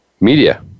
media